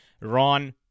Ron